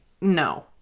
no